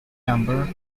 number